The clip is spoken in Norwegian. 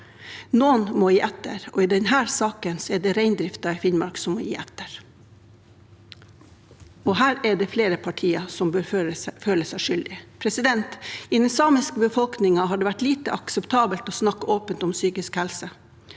Noen må gi etter, og i denne saken er det reindriften i Finnmark som må gi etter. Her er det flere partier som bør føle seg skyldige. I den samiske befolkningen har det vært lite akseptabelt å snakke åpent om psykisk helse.